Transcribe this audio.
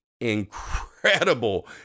incredible